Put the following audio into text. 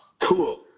Cool